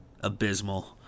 abysmal